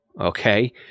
Okay